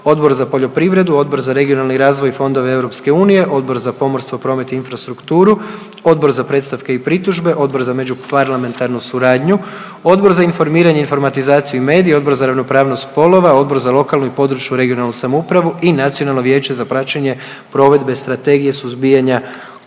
Odbor za poljoprivredu, Odbor za regionalni razvoj i fondove EU, Odbor za pomorstvo, promet i infrastrukturu, Odbor za predstavke i pritužbe, Odbor za međuparlamentarnu suradnju, Odbor za informiranje, informatizaciju i medije, Odbor za ravnopravnost spolova, Odbor za lokalnu i područnu (regionalnu) samoupravu i Nacionalno vijeće za praćenje provedbe Strategije suzbijanja korupcije.